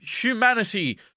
humanity